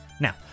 Now